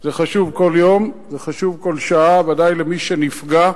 זה חשוב כל יום וחשוב כל שעה, ודאי למי שנפגע,